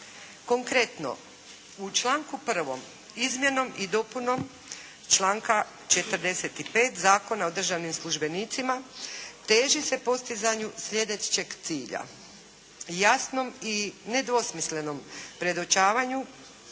Konkretno, u članku 1. izmjenom i dopunom članka 45. Zakona o državnim službenicima teži se postizanju sljedećeg cilja. Jasnom i nedvosmislenom predočavanju